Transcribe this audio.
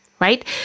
right